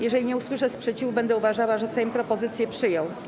Jeżeli nie usłyszę sprzeciwu, będę uważała, że Sejm propozycje przyjął.